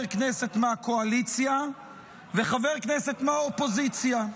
כנסת מהקואליציה וחבר כנסת מהאופוזיציה.